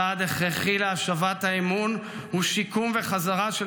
צעד הכרחי להשבת האמון הוא שיקום וחזרה של